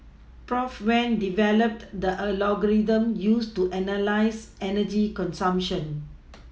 Prof wen developed the algorithm used to analyse energy consumption